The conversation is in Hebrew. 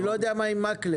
לא יודע מה עם מקלב.